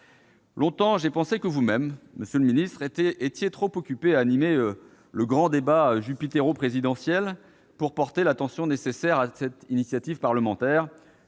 Longtemps, j'ai pensé que vous-même, monsieur le ministre, étiez trop occupé à animer le grand débat jupitéro-présidentiel pour porter l'attention nécessaire à cette initiative parlementaire,